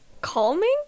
Calming